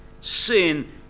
sin